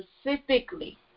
specifically